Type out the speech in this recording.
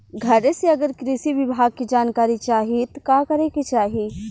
घरे से अगर कृषि विभाग के जानकारी चाहीत का करे के चाही?